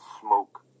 smoke